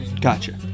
Gotcha